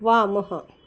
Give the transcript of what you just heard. वामः